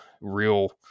real